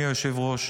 אדוני היושב-ראש,